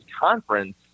conference